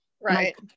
Right